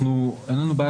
אין לנו בעיה